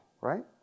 right